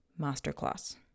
masterclass